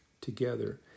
together